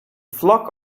flock